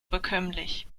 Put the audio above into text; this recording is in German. bekömmlich